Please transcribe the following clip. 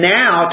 now